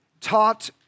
taught